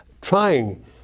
trying